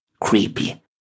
creepy